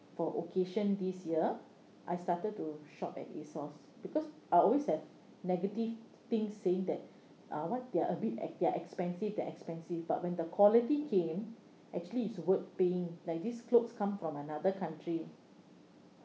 for occasion this year I started to shop at ASOS because I always have negative things saying that uh what they're a bit e~ they are expensive they are expensive but when the quality came actually it's worth paying like this clothes come from another country